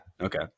Okay